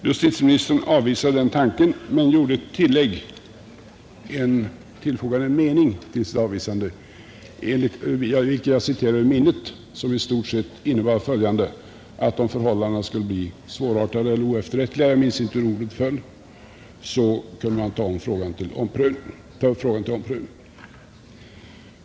Justitieministern avvisade denna tanke men tillfogade till sitt ställningstagande en mening, vilken hade den innebörden att man, om förhållandena skulle bli svårartade eller oefterrättliga — jag minns inte hur orden föll — skulle kunna ta upp frågan till omprövning.